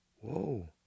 whoa